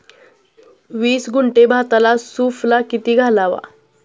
वीस गुंठे भाताला सुफला किती घालावा?